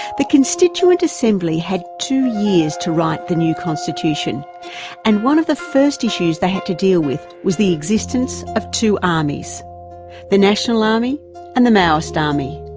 the constituent assembly had two years to write the new constitution and one of the first issues they had to deal with was the existence of two armies the national army and the maoist army.